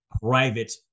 private